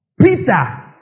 Peter